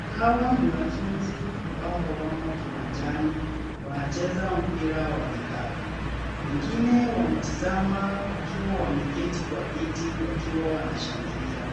Hawa ni wanafunzi ambao wamo kiwanjani. Wanacheza mpira wa vikapu. Wengine wametazama wakiwa wameketi kwa viti wakiwa wanashangilia.